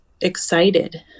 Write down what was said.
excited